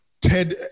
Ted